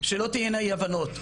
שלא תהינה אי הבנות,